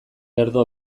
lerdo